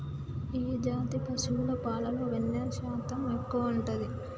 ఏ జాతి పశువుల పాలలో వెన్నె శాతం ఎక్కువ ఉంటది?